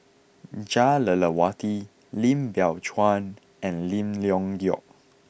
Jah Lelawati Lim Biow Chuan and Lim Leong Geok